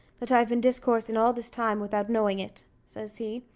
that i've been discoursing all this time without knowing it, says he,